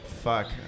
fuck